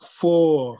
four